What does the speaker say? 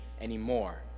anymore